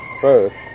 first